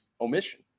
omission